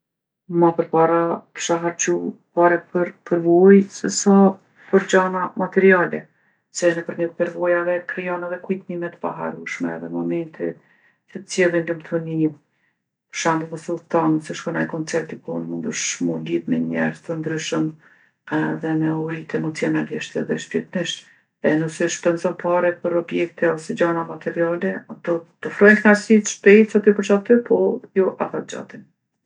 Ma përpara kisha harxhu pare për përvojë sesa për gjana materiale, se nëpërmjet përvojave krijon edhe kujtime t'paharrushme edhe momente që t'sjellin lumtuni. Për shembull nëse udhton, nëse shkon naj koncert dikun mundesh m'u lidhë me njerz t'ndryshëm edhe me u rritë emocionalisht edhe shpirtnisht. E nëse shpenzon pare për objekte ose gjana materiale, ato t'ofrojnë knaqsi t'shpejtë qaty për qaty po jo afatgjate.